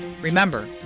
Remember